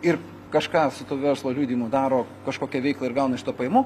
ir kažką su tuo verslo liudijimu daro kažkokią veiklą ir gauna iš to pajamų